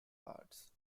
arts